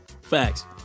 Facts